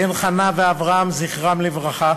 בן חנה ואברהם, זכרם לברכה,